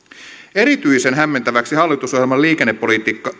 erityisen hämmentäväksi hallitusohjelman liikennepolitiikka